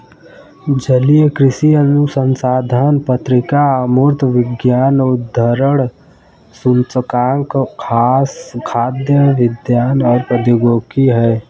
जलीय कृषि अनुसंधान पत्रिका अमूर्त विज्ञान उद्धरण सूचकांक खाद्य विज्ञान और प्रौद्योगिकी है